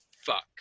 fuck